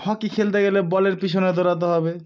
hockey খেলতে গেলে বলের পিছনে দৌড়াতে হবে